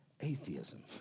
atheism